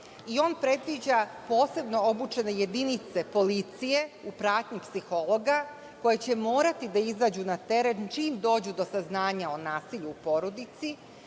i on predviđa posebno obučene jedinice policije u pratnji psihologa, koje će morati da izađu na teren čim dođu do saznanja o nasilju u porodici.